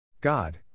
God